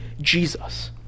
Jesus